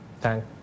Thank